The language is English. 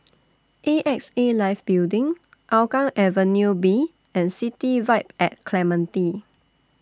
A X A Life Building Hougang Avenue B and City Vibe At Clementi